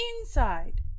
inside